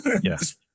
yes